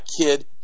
kid